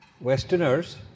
Westerners